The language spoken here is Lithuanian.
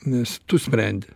nes tu sprendi